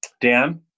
Dan